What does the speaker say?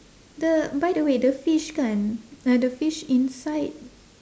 the by the way the fish kan uh the fish inside